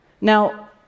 Now